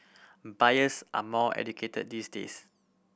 buyers are more educated these days